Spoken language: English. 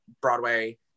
Broadway